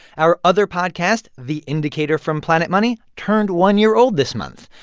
our other podcast the indicator from planet money turned one year old this month.